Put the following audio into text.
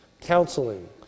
counseling